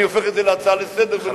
אני הופך את זה להצעה לסדר-היום.